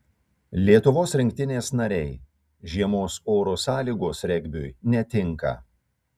lietuvos rinktinės nariai žiemos oro sąlygos regbiui netinka